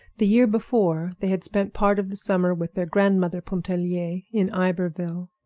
the year before they had spent part of the summer with their grandmother pontellier in iberville.